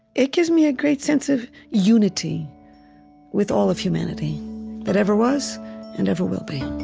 it gives me a great sense of unity with all of humanity that ever was and ever will be